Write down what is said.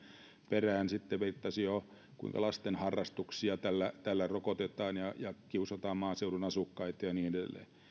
perään sitten viittasi jo kuinka lasten harrastuksia tällä tällä rokotetaan ja ja kiusataan maaseudun asukkaita ja niin edelleen